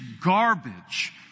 garbage